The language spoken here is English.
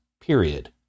Period